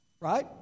right